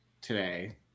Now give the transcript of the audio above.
today